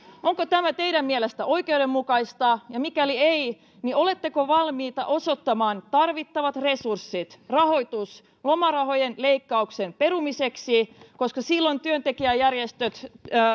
onko tämä teidän mielestänne oikeudenmukaista ja mikäli ei niin oletteko valmiita osoittamaan tarvittavat resurssit rahoituksen lomarahojen leikkauksen perumiseksi silloin työntekijäjärjestöt